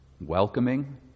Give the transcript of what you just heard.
welcoming